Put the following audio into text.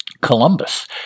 Columbus